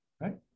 Right